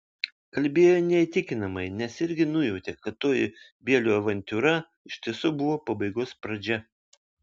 kalbėjo neįtikinamai nes irgi nujautė kad toji bielio avantiūra iš tiesų buvo pabaigos pradžia